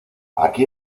aquí